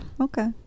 Okay